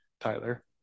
Tyler